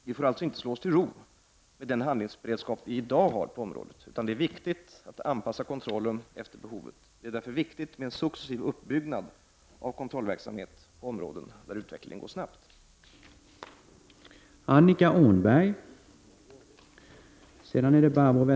Vi får alltså inte slå oss till ro med den handlingsberedskap vi i dag har på området, utan det är viktigt att anpassa kontrollen efter behovet. Det är därför viktigt med en successiv uppbyggnad av kontrollverksamhet på områden där utvecklingen går snabbt.